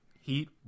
heat